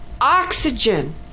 Oxygen